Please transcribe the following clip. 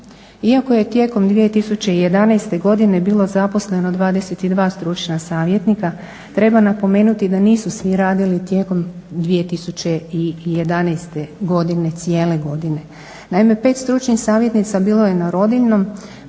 Iako je tijekom 2011. godine bilo zaposleno 22 stručna savjetnika treba napomenuti da nisu svi radili tijekom 2011. godine, cijele godine. Naime, 5 stručnih savjetnica bilo je na rodiljnom